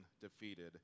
defeated